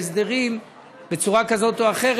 לפעמים כך ולפעמים הפוך,